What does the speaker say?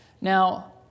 Now